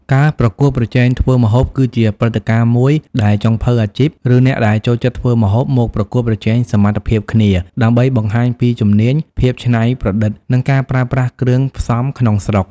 ការប្រកួតប្រជែងធ្វើម្ហូប គឺជាព្រឹត្តិការណ៍មួយដែលចុងភៅអាជីព ឬអ្នកដែលចូលចិត្តធ្វើម្ហូបមកប្រកួតប្រជែងសមត្ថភាពគ្នា ដើម្បីបង្ហាញពីជំនាញ ភាពច្នៃប្រឌិត និងការប្រើប្រាស់គ្រឿងផ្សំក្នុងស្រុក។